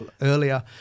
earlier